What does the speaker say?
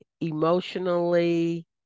emotionally